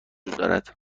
دارد